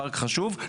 פארק חשוב,